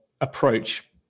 approach